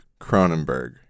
Cronenberg